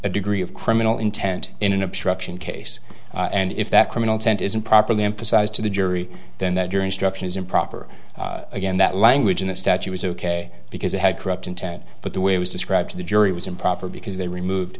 a degree of criminal intent in an obstruction case and if that criminal tent isn't properly emphasized to the jury then that your instruction is improper again that language in that statue was ok because it had corrupt intent but the way it was described to the jury was improper because they removed